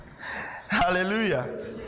Hallelujah